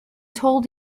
told